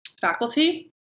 faculty